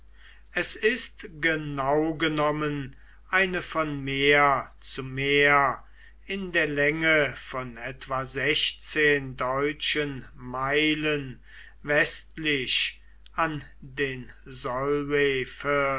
es ist genau genommen eine von meer zu meer in der länge von etwa sechzehn deutschen meilen westlich an den